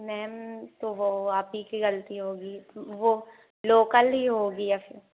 ma'am तो वो आप ही की ग़लती होगी वो लोकल ही होगी या फिर